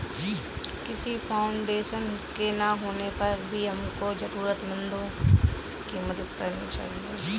किसी फाउंडेशन के ना होने पर भी हमको जरूरतमंद लोगो की मदद करनी चाहिए